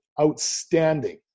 outstanding